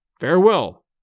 Farewell